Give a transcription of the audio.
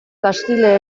castile